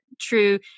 true